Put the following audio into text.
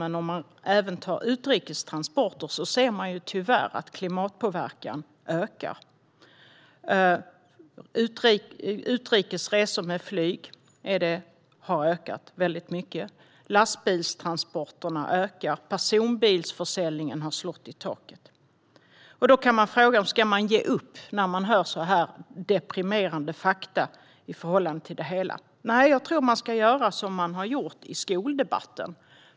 Men om man även tar utrikes transporter ser man tyvärr att klimatpåverkan ökar. Utrikes resor med flyg har ökat väldigt mycket. Lastbilstransporterna ökar. Personbilsförsäljningen har slagit i taket. Då kan man fråga sig: Ska man ge upp när man hör så deprimerande fakta i förhållande till det hela? Nej, jag tror att man ska göra som man har gjort i skoldebatten.